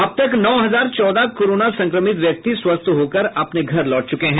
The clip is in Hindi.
अब तक नौ हजार चौदह कोरोना संक्रमित व्यक्ति स्वस्थ होकर अपने घर लौट चुके हैं